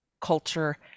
culture